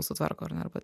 sutvarko ar ne arba